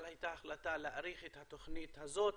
אבל הייתה החלטה להאריך את התוכנית הזאת